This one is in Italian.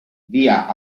via